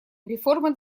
реформы